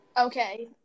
Okay